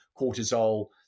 cortisol